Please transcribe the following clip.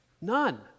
None